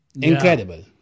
Incredible